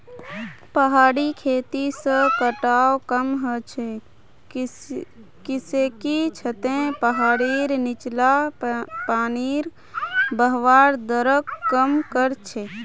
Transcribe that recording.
पहाड़ी खेती से कटाव कम ह छ किसेकी छतें पहाड़ीर नीचला पानीर बहवार दरक कम कर छे